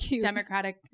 democratic